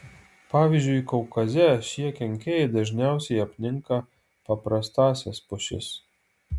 pavyzdžiui kaukaze šie kenkėjai dažniausiai apninka paprastąsias pušis